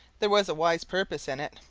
there was a wise purpose in it,